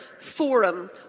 forum